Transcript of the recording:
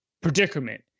predicament